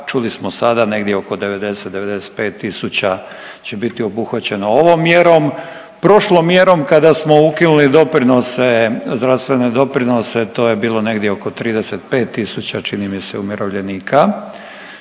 čuli smo sada negdje oko 90-95 tisuća će biti obuhvaćeno ovom mjerom, prošlom mjerom kada smo ukinuli doprinose, zdravstvene doprinose to je bilo negdje oko 35 tisuća čini mi se umirovljenika,